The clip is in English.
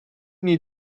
need